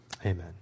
Amen